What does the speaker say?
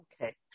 Okay